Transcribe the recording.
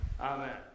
Amen